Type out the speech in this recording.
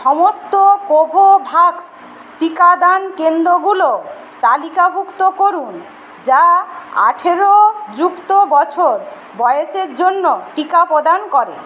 সমস্ত কোভোভ্যাক্স টিকাদান কেন্দ্রগুলো তালিকাভুক্ত করুন যা আঠেরো যুক্ত বছর বয়েসের জন্য টিকা প্রদান করে